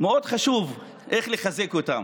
מאוד חשוב לחזק אותם.